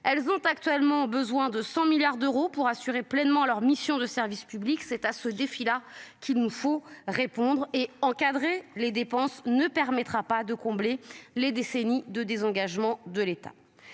Elles ont actuellement besoin de 100 milliards d'euros pour assurer pleinement leur mission de service public, c'est à ce défi-là qu'il nous faut répondre et encadrer les dépenses ne permettra pas de combler les décennies de désengagement de l'État.